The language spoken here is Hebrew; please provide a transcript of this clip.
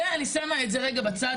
אני שמה את זה רגע בצד,